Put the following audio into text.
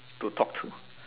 to talk to